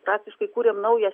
praktiškai kūrėm naują